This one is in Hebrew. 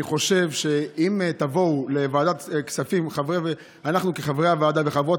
אני חושב שאם תבואו לוועדת כספים ואנחנו כחברי וחברות